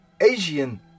Asian